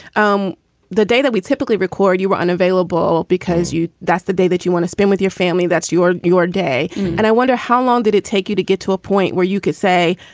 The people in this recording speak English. um the day that we typically record you were unavailable because you that's the day that you want to spend with your family. that's your your day and i wonder, how long did it take you to get to a point where you could say,